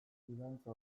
fidantza